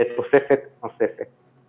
זה תוספת נוספת.